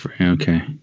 Okay